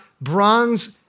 bronze